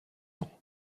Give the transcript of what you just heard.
ans